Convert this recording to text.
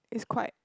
is quite